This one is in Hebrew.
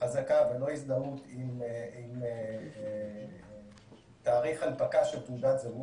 חזקה ולא הזדהות עם תאריך הנפקה של תעודת זהות,